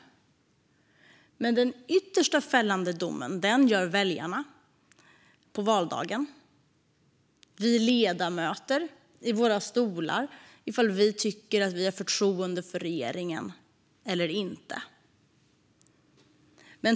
Men den yttersta domen fäller väljarna på valdagen, och vi ledamöter visar om vi har förtroende för regeringen eller inte.